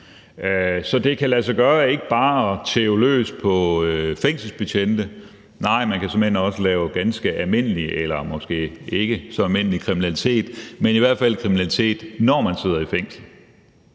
Så det kan lade sig gøre ikke bare at tæve løs på fængselsbetjente; nej, man kan såmænd også lave ganske almindelig, eller måske ikke så almindelig kriminalitet, men i hvert fald kriminalitet, når man sidder i fængsel.